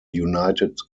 united